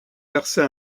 verser